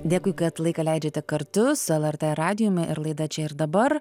dėkui kad laiką leidžiate kartu su lrt radijumi ir laida čia ir dabar